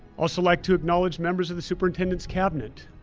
also like to acknowledge members of the superintendent's cabinet